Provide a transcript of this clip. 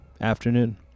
afternoon